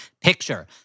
picture